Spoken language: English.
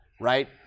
right